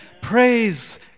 Praise